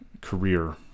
career